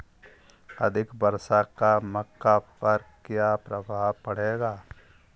अधिक वर्षा का मक्का पर क्या प्रभाव पड़ेगा?